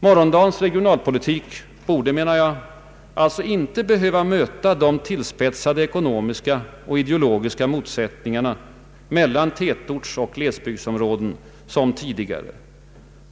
Morgondagens regionalpolitik borde, menar jag, alltså inte behöva möta de tillspetsade ekonomiska och ideologiska motsättningar mellan tätortsoch glesbygdsområden som tidigare fanns.